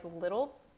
little